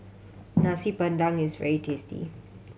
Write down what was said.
Nasi Padang is very tasty